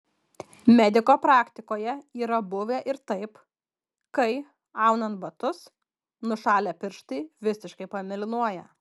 mediko praktikoje yra buvę ir taip kai aunant batus nušalę pirštai visiškai pamėlynuoja